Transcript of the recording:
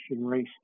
race